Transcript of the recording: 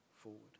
forward